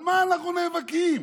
על מה אנחנו נאבקים?